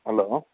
hello